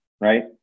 right